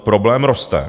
Problém roste.